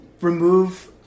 remove